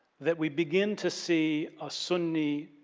that we begin to see a suni,